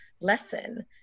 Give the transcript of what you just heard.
lesson